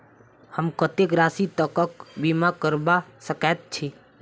हम कत्तेक राशि तकक बीमा करबा सकैत छी?